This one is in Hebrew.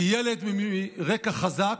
כי ילד מרקע חזק,